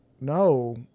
no